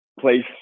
place